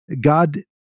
God